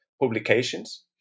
publications